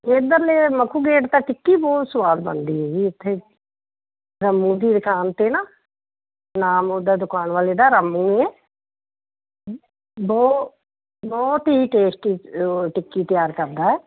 ਇਧਰਲੇ ਮੱਖੂ ਗੇਟ ਤਾਂ ਟਿੱਕੀ ਬਹੁਤ ਸੁਆਦ ਬਣਦੀ ਹੈ ਜੀ ਇੱਥੇ ਰਾਮੂ ਦੀ ਦੁਕਾਨ 'ਤੇ ਨਾ ਨਾਮ ਉਹਦਾ ਦੁਕਾਨ ਵਾਲੇ ਦਾ ਰਾਮੂ ਹੀ ਹੈ ਬੋ ਬਹੁਤ ਹੀ ਟੇਸਟੀ ਉਹ ਟਿੱਕੀ ਤਿਆਰ ਕਰਦਾ